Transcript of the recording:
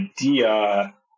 idea